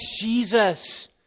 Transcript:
Jesus